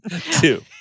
Two